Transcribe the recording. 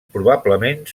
probablement